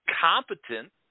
competent